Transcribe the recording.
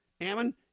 Ammon